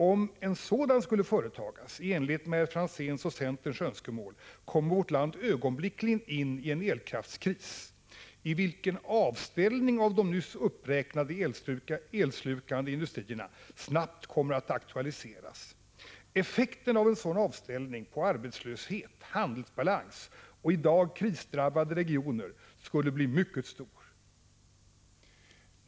Om en sådan skulle företagas —i enlighet med herr Franzéns och centerns önskemål — kommer vårt land ögonblickligen in i en elkraftskris, i vilken avställning av de nyss uppräknade elslukande industrierna snabbt kommer att aktualiseras. Effekten av en sådan avställning på arbetslöshet, handelsbalans och i dag krisdrabbade regioner skulle bli mycket stor.